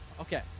Okay